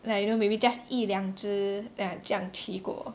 like you know maybe just 一两只 ya 这样骑过